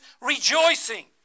rejoicing